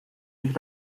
durch